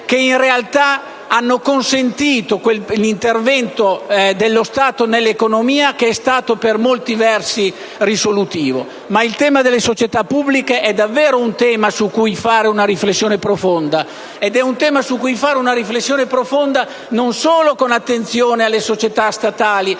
che, in realtà, hanno consentito l'intervento dello Stato nell'economia, che è stato per molti versi risolutivo. Ma il tema delle società pubbliche è davvero un tema su cui fare una riflessione profonda non solo focalizzando l'attenzione sulle società statali,